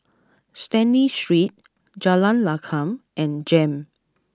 Stanley Street Jalan Lakum and Jem